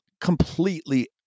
completely